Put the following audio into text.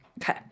Okay